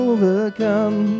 Overcome